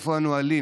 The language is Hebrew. איפה הנהלים?